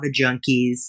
junkies